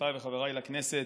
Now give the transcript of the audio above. חברותיי וחבריי לכנסת,